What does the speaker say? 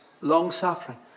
long-suffering